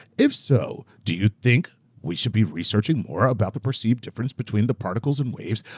if so, do you think we should be researching more about the perceived difference between the particles and waves,